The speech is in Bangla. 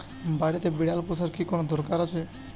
বাড়িতে বিড়াল পোষার কি কোন দরকার আছে?